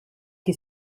qui